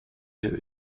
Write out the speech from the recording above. für